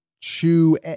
chew